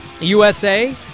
usa